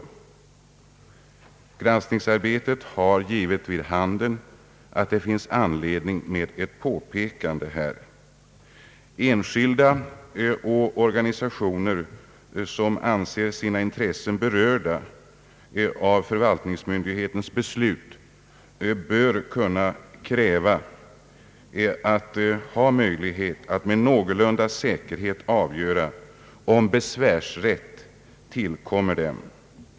Granskningsarbetet har givit vid handen att det finns anledning att göra ett påpekande härvidlag. Enskilda och organisationer som anser sina intressen berörda av en förvaltningsmyndighets beslut bör kunna kräva att möjlighet finns för dem att med någorlunda säkerhet avgöra om besvärsrätt tillkommer dem.